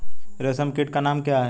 रेशम कीट का नाम क्या है?